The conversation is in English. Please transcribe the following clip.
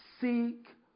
Seek